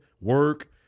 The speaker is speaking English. work